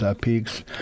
peaks